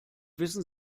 wissen